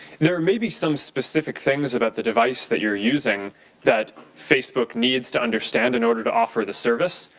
there maybe some specific things about the device that you are using that facebook needs to understand in order to offer the service,